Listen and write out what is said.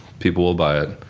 people will buy it.